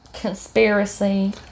conspiracy